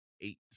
eight